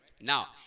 Now